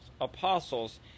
apostles